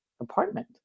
apartment